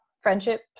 friendship